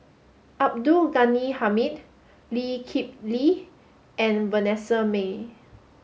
Abdul Ghani Hamid Lee Kip Lee and Vanessa Mae